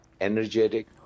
energetic